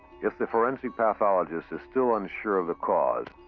if the forensic pathologist is still unsure of the cause,